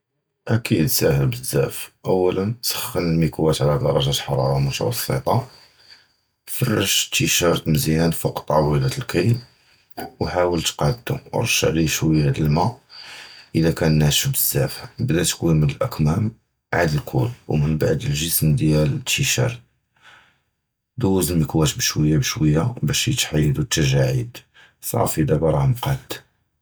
אַכֵּיד סַהֵלּ בְּזַבַּא, אוּלָא סַחַּן אֶל-מִקְוָה עַל דַּרַגַת חַרַארָה מְתַווּסְטָה, פַּרְשׁ אֶל-טִישִׁירְט מְזִיּאַנָאן עַל טַאוּלַת אֶל-קִי, וְחַאוַּל תְּקַדּוּ, וְרַשׁ עָלֵיהּ שׁוּיָּא דַּל-מַא, אִלָּא קָאן נָאשֶׁף בְּזַבַּא, בְּדָּא בְּקִי אֶל-אַכְּמָאמ, עֲד אֶל-כּוּל, וּמִנְּבַּעְד אֶל-גְּסְמּ דִיָּאל אֶל-טִישִׁירְט, דּוּז אֶל-מִקְוָה בְּשׁוּיָּא בְּשׁוּיָּא, בְּשׁ מִתְחִידוּ אֶל-תְּגַ'אעִיד, סַפִּי, דַּאבָּא רָהּ מְקַדּ.